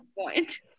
point